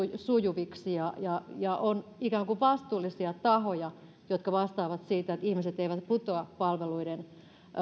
sujuviksi ja ja on ikään kuin vastuullisia tahoja jotka vastaavat siitä että ihmiset eivät putoa palveluiden